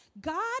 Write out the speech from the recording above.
God